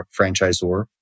franchisor